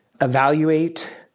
evaluate